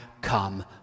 come